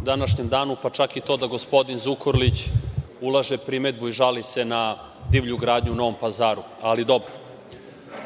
u današnjem danu, pa čak da i to gospodin Zukorlić ulaže primedbu i žali se na divlju gradnju u Novom Pazaru, ali dobro. Što